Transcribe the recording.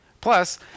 Plus